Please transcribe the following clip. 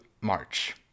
March